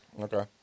Okay